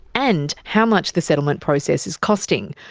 and how much the settlement process is costing.